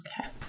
Okay